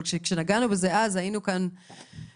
אבל כשנגענו בזה אז היינו כאן במסגרת